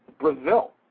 Brazil